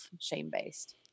shame-based